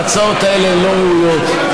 ההצעות האלה הן לא ראויות,